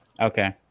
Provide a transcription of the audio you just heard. Okay